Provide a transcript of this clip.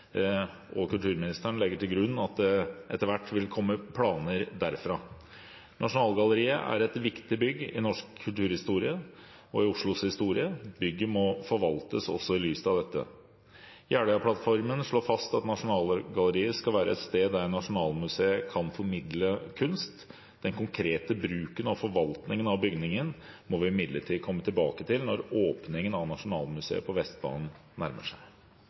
og kulturministeren legger til grunn at det etter hvert vil komme planer derfra. Nasjonalgalleriet er et viktig bygg i norsk kulturhistorie og i Oslos historie. Bygget må forvaltes også i lys av dette. Jeløya-plattformen slår fast at Nasjonalgalleriet skal være et sted der Nasjonalmuseet kan formidle kunst. Den konkrete bruken og forvaltningen av bygningen må vi imidlertid komme tilbake til når åpningen av Nasjonalmuseet på Vestbanen nærmer seg.